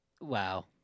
Wow